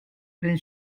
plein